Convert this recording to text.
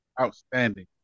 Outstanding